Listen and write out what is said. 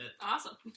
Awesome